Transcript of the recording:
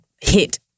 hit